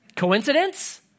Coincidence